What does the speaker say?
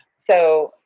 so,